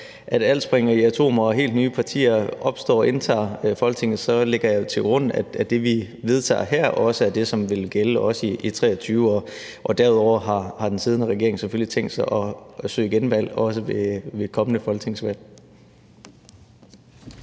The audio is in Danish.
alt sprænges til atomer og helt nye partier opstår og indtager Folketinget, så lægger jeg til grund, at det, vi vedtager her, også er det, som vil gælde i 2023. Derudover har den siddende regering selvfølgelig også tænkt sig at søge genvalg ved et kommende folketingsvalg.